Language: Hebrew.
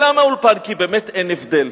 כי באמת אין הבדל.